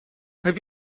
have